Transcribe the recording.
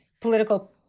political